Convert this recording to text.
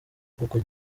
google